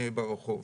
ברחוב.